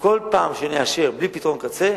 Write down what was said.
כל פעם שנאשר בלי פתרון קצה,